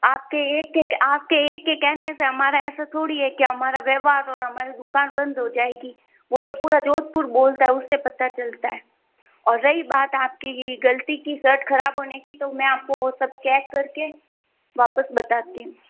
आपके एक के आपके एक के कहने से हमारा ऐसा थोड़ी है कि हमारा व्यवहार और हमारी दुकान बंद हो जाएंगी वो तो पुरा जोधपुर बोलता है उससे पता चलता है और रही बात आपकी गलती की शर्ट खराब होने की तो आपको मैं वो सब चैक कर के वापस बताती हूँ